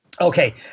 Okay